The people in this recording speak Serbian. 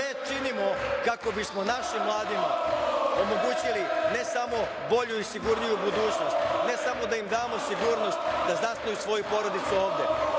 sve činimo kako bismo našim mladima omogućili ne samo bolju i sigurniju budućnost, ne samo da im damo sigurnost da zasnuju svoju porodicu ovde,